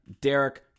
Derek